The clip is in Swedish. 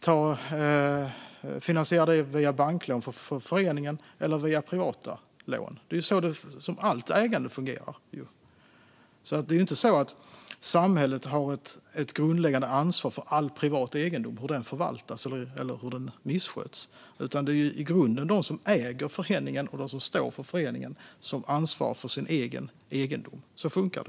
Det får göras via banklån av föreningen eller via privata lån. Så fungerar allt ägande. Samhället har inget grundläggande ansvar för hur privat egendom förvaltas eller missköts, utan det är de som äger fastigheten och ingår i föreningen som ansvarar för sin egendom.